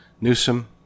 Newsom